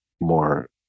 more